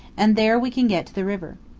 and there we can get to the river.